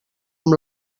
amb